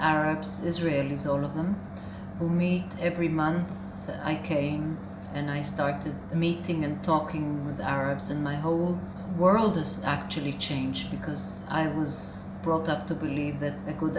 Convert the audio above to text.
arabs israelis all of them to me every month and i started meeting and talking with arabs and my whole world is actually change because i was brought up to believe that a good